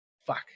Fuck